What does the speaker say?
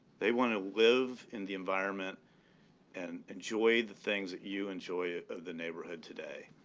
they want to live in the environment and enjoy the things that you enjoy of the neighborhood today.